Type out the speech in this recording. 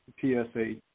PSA